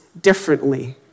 differently